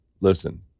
listen